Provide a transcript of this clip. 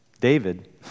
David